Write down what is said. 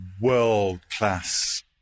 world-class